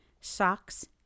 socks